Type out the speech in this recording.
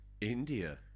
India